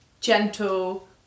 gentle